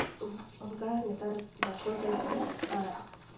ᱚᱱᱠᱟ ᱱᱮᱛᱟᱨ ᱵᱟᱠᱚ ᱪᱟᱞᱟᱜ ᱠᱟᱱᱟ ᱟᱨ